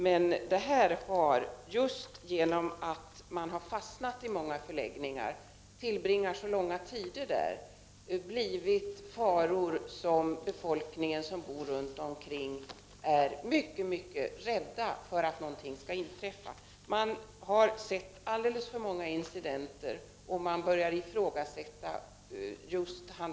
Men att många asylsökande har fastnat i flyktingförläggningar och tillbringar så lång tid där har lett till faror, och befolkningen som bor runt omkring är mycket rädd för att någonting skall inträffa. Befolkningen har sett alltför många incidenter och börjar ifrågasätta detta.